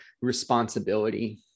responsibility